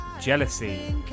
Jealousy